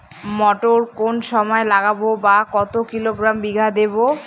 মটর কোন সময় লাগাবো বা কতো কিলোগ্রাম বিঘা দেবো?